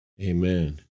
amen